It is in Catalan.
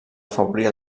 afavorir